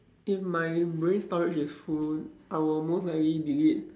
if my brain storage is full I will most likely delete